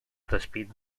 despit